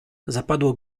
zapadło